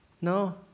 no